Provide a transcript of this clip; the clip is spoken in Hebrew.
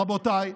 רבותיי,